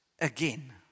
again